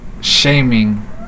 shaming